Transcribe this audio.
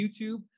YouTube